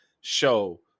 show